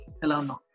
Hello